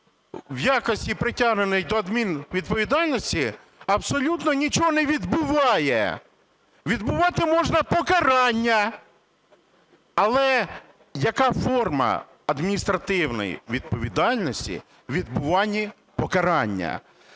в якості притягненої до адмінвідповідальності абсолютно нічого не відбуває. Відбувати можна покарання. Але яка форма адміністративної відповідальності у відбуванні покарання?